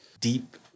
deep